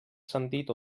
ascendit